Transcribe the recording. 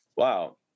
wow